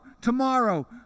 tomorrow